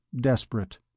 desperate